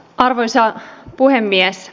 arvoisa puhemies